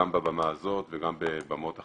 גם בבמה הזאת וגם בבמות אחרות,